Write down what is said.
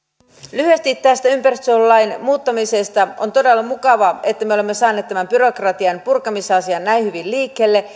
lyhyesti tästä ympäristösuojelulain muuttamisesta on todella mukavaa että me me olemme saaneet tämän byrokratianpurkamisasian näin hyvin liikkeelle